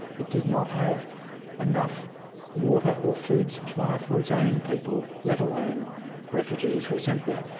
it does not have enough water or food supply for its own people, let alone refugees who are sent there.